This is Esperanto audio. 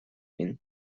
min